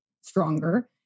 stronger